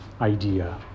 idea